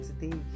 today